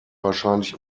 wahrscheinlich